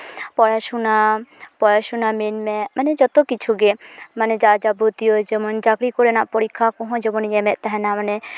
ᱯᱚᱲᱟᱥᱩᱱᱟ ᱯᱚᱲᱟᱥᱩᱱᱟ ᱢᱮᱱᱢᱮ ᱢᱟᱱᱮ ᱡᱚᱛᱚ ᱠᱤᱪᱷᱩᱜᱮ ᱢᱟᱱᱮ ᱡᱟ ᱡᱟᱵᱚᱛᱤᱭᱚ ᱡᱮᱢᱚᱱ ᱪᱟᱹᱠᱨᱤ ᱠᱚᱨᱮᱱᱟᱜ ᱯᱚᱨᱤᱠᱠᱷᱟ ᱠᱚᱦᱚᱸ ᱡᱮᱢᱚᱱ ᱤᱧ ᱮᱢᱮᱫ ᱛᱟᱦᱮᱱᱟ ᱢᱟᱱᱮ